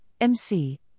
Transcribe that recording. MC